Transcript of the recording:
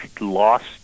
lost